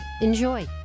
Enjoy